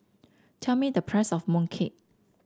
tell me the price of Mooncake